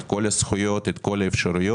את כל הזכויות ואת כל האפשרויות.